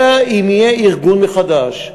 אלא אם יהיה ארגון מחדש.